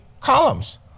columns